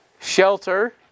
Shelter